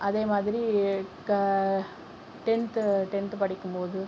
அதே மாதிரி க டென்த் டென்த் படிக்கும் போது